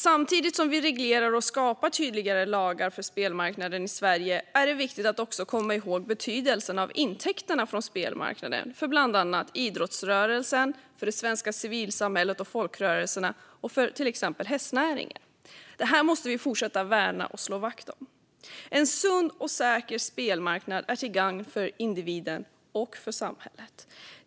Samtidigt som vi reglerar och skapar tydligare lagar för spelmarknaden i Sverige är det viktigt att komma ihåg betydelsen av intäkterna från spelmarknaden för bland annat idrottsrörelsen, det svenska civilsamhället, folkrörelserna och exempelvis hästnäringen. Det här måste vi fortsätta värna och slå vakt om. En sund och säker spelmarknad är till gagn för individen och för samhället.